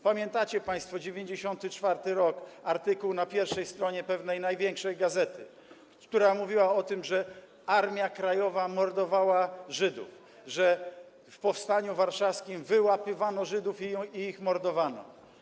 Pamiętacie państwo 1994 r., artykuł na pierwszej stronie pewnej największej gazety, która pisała o tym, że Armia Krajowa mordowała Żydów, że w powstaniu warszawskim wyłapywano Żydów i ich mordowano.